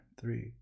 three